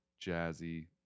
jazzy